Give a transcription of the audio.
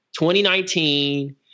2019